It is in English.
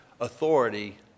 authority